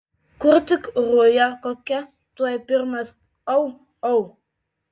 kur tik ruja kokia tuoj pirmas au au